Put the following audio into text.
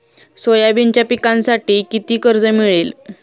सोयाबीनच्या पिकांसाठी किती कर्ज मिळेल?